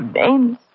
names